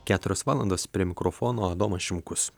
keturios valandos prie mikrofono adomas šimkus